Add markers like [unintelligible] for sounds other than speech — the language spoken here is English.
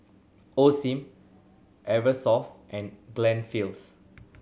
Osim Eversoft and [unintelligible]